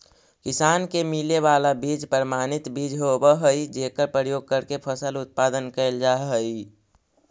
किसान के मिले वाला बीज प्रमाणित बीज होवऽ हइ जेकर प्रयोग करके फसल उत्पादन कैल जा हइ